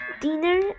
Dinner